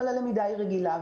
אבל הלמידה היא רגילה.